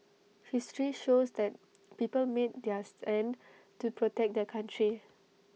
history shows that people made their stand to protect their country